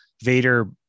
vader